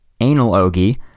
analogie